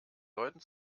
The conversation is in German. leuten